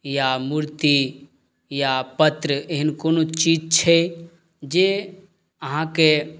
या मूर्ति या पत्र एहन कोनो चीज छै जे आहाँके